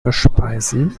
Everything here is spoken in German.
verspeisen